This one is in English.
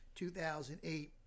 2008